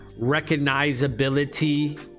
recognizability